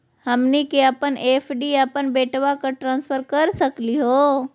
हमनी के अपन एफ.डी अपन बेटवा क ट्रांसफर कर सकली हो?